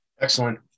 Excellent